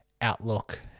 outlook